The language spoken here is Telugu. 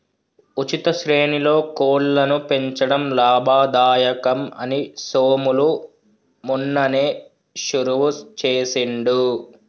ఉచిత శ్రేణిలో కోళ్లను పెంచడం లాభదాయకం అని సోములు మొన్ననే షురువు చేసిండు